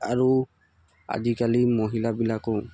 আৰু আজিকালি মহিলাবিলাকেও